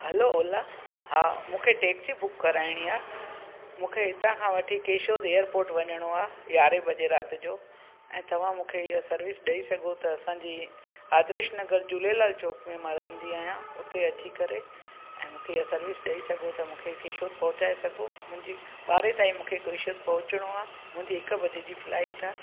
हलो ओला हा मूंखे taxi book कराइणी आहे मूंखे हितां खां वठी केशोद एयरपोट वञिणो आहे यारहें बजे राति जो ऐं तव्हां मूंखे इअं सर्विस ॾेई सघो त असांजी आदर्श नगर झूलेलाल चौक में मां रहंदी आहियां उते अची करे ऐं मूंखे इअं सर्विस ॾेई सघो त मूंखे केशोद पहुचाए सघो मुंहिंजी ॿारहें ताईं मूंखे केशोद पहुचणो आहे मुंहिंजी हिकु बजे जी फ्लाइट आहे